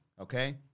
Okay